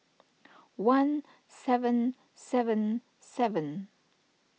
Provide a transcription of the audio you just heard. one seven seven seven